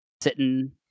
sitting